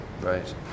Right